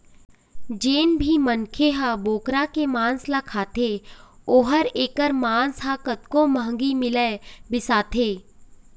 जेन भी मनखे ह बोकरा के मांस ल खाथे ओला एखर मांस ह कतको महंगी मिलय बिसाथे